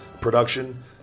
production